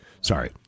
Sorry